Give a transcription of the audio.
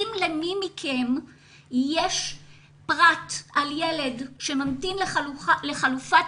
אם למי מכם יש פרט על ילד שממתין לחלופת